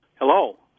Hello